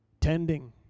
Tending